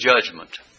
judgment